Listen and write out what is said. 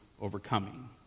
overcoming